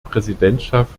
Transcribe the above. präsidentschaft